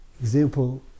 example